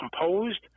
composed